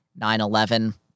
9-11